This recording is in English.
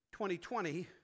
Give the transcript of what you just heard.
2020